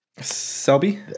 Selby